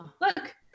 look